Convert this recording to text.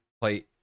play